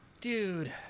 dude